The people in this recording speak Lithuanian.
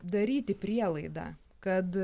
daryti prielaidą kad